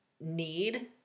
need